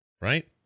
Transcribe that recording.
Right